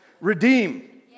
redeem